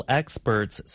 experts